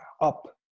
up